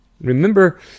Remember